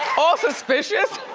all suspicious.